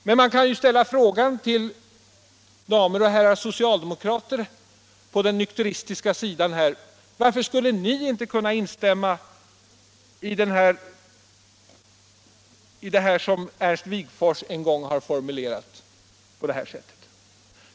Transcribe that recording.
Men man kan ju ställa frågan till damer och herrar socialdemokrater på den nykteristiska sidan: Varför skulle inte ni kunna instämma i det som Ernst Wigforss en gång har formulerat på det här sättet?